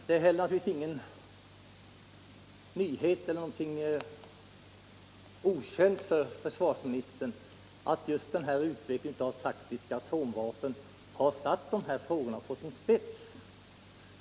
Det är naturligtvis inte heller någon nyhet eller någonting okänt för försvarsministern att just utvecklingen av taktiska atomvapen har ställt dessa frågor på sin spets.